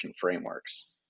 frameworks